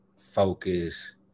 focus